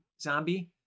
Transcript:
zombie